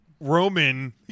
Roman